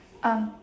um